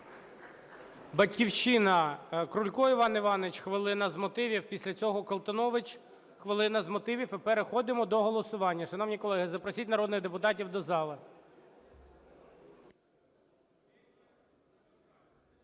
"Батьківщина", Крулько Іван Іванович, хвилина з мотивів. Після цього Колтунович, хвилина з мотивів. І переходимо до голосування. Шановні колеги, запросіть народних депутатів до зали.